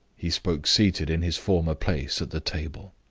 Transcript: he spoke seated in his former place at the table.